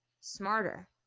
smarter